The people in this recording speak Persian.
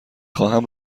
خواهم